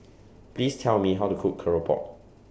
Please Tell Me How to Cook Keropok